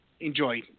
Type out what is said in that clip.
enjoy